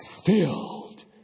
Filled